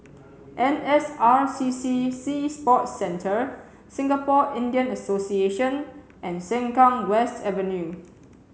N S R C C Sea Sports Centre Singapore Indian Association and Sengkang West Avenue